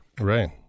Right